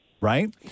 Right